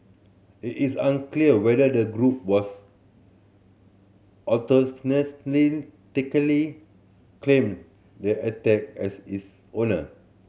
it is unclear whether the group was claiming the attack as its owner